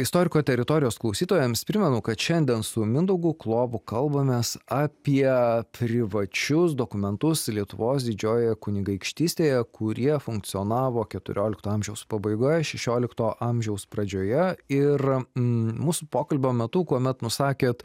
istoriko teritorijos klausytojams primenu kad šiandien su mindaugu klovu kalbamės apie privačius dokumentus lietuvos didžiojoje kunigaikštystėje kurie funkcionavo keturiolikto amžiaus pabaigoje šešiolikto amžiaus pradžioje ir mūsų pokalbio metu kuomet nusakėt